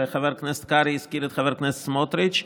וחבר הכנסת קרעי הזכיר את חבר הכנסת סמוטריץ'.